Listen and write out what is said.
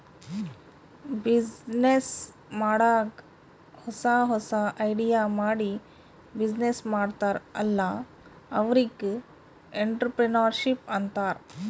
business ಮಾಡಾಗ್ ಹೊಸಾ ಹೊಸಾ ಐಡಿಯಾ ಮಾಡಿ ಬಿಸಿನ್ನೆಸ್ ಮಾಡ್ತಾರ್ ಅಲ್ಲಾ ಅವ್ರಿಗ್ ಎಂಟ್ರರ್ಪ್ರಿನರ್ಶಿಪ್ ಅಂತಾರ್